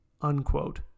unquote